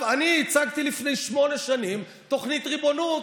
אני הצגתי לפני שמונה שנים תוכנית ריבונות,